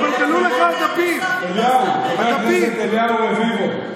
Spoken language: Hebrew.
חבר הכנסת אליהו רביבו.